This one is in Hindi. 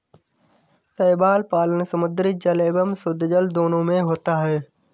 शैवाल पालन समुद्री जल एवं शुद्धजल दोनों में होता है